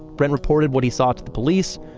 brent reported what he saw to the police,